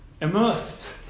immersed